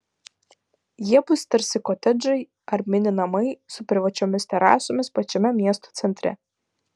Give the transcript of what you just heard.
jie bus tarsi kotedžai ar mini namai su privačiomis terasomis pačiame miesto centre